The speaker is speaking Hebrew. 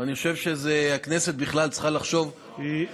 ואני חושב שהכנסת בכלל צריכה לחשוב,